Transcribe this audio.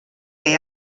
per